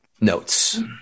notes